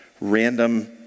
random